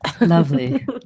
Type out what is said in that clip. Lovely